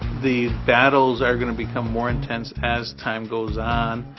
the battles are going to become more intense as time goes on.